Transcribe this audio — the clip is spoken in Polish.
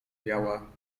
biała